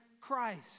Christ